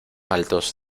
altos